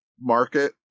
market